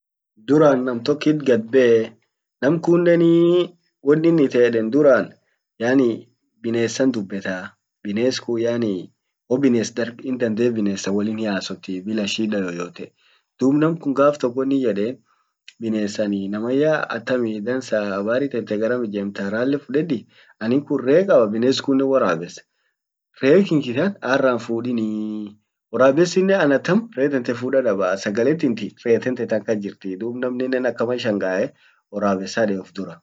duran nam tokkit gadbee, nam kunnen ee wonin ite duran yaani binessan dubbetaa, bines kun yaani wobines darg in dande bines wolin hiasotii bila shida yoyote dub namkun gaf tok wonin yeden binesan naman yaa atamii, Habari tente, dansa! Garam ijemtaa, rale fudedi anin kun ree kaba, bines kunnen worabbes ree kinki kan arra hinfudinii, worabessinnen an atam ree tente fuda dabaa sagale tinti ree tante tan kas jirti, dub namninnen akama shangae, worrabes hadee ufdurra.